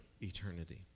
eternity